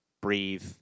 breathe